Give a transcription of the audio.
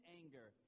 anger